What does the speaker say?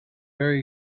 very